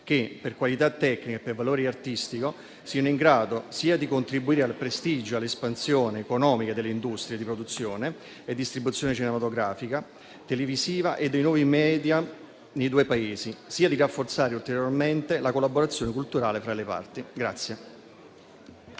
che, per qualità tecniche e per valori artistici, siano in grado sia di contribuire al prestigio e all'espansione economica delle industrie di produzione e distribuzione cinematografica, televisiva e dei nuovi *media* nei due Paesi, sia di rafforzare ulteriormente la collaborazione culturale tra le parti.